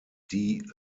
die